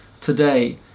today